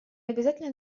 обязательно